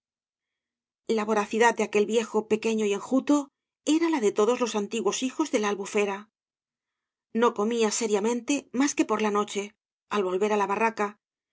la voracidad de aquel viejo pequeño y enjuto era la de todos los antiguos hijos de la albufera no comía seriamente mas que por la noche al volver á la barraca